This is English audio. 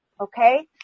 Okay